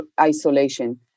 isolation